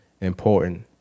important